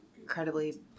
incredibly